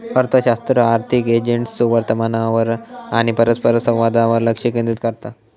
अर्थशास्त्र आर्थिक एजंट्सच्यो वर्तनावर आणि परस्परसंवादावर लक्ष केंद्रित करता